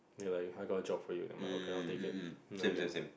ya lah I got a job for you and I'm updated then I get more